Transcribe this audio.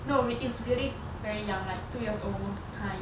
no it's really very young like two years old kind